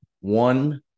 one